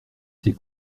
ses